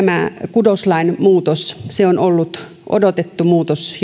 kudoslain muutos on ollut odotettu muutos